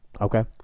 okay